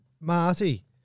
Marty